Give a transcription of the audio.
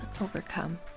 overcome